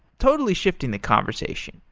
totally shifting the conversation,